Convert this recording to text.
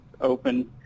open